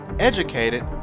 educated